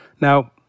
now